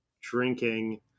drinking